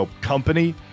company